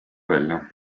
välja